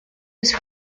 his